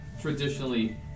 traditionally